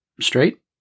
straight